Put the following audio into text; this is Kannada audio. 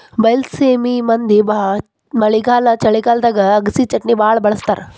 ಬೈಲಸೇಮಿ ಮಂದಿ ಮಳೆಗಾಲ ಚಳಿಗಾಲದಾಗ ಅಗಸಿಚಟ್ನಿನಾ ಬಾಳ ಬಳ್ಸತಾರ